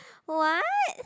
what